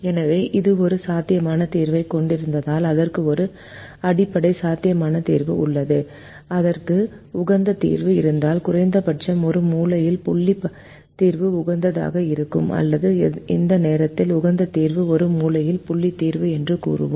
எனவே இது ஒரு சாத்தியமான தீர்வைக் கொண்டிருந்தால் அதற்கு ஒரு அடிப்படை சாத்தியமான தீர்வு உள்ளது அதற்கு உகந்த தீர்வு இருந்தால் குறைந்தபட்சம் ஒரு மூலையில் புள்ளி தீர்வு உகந்ததாக இருக்கும் அல்லது இந்த நேரத்தில் உகந்த தீர்வு ஒரு மூலையில் புள்ளி தீர்வு என்று கூறுவோம்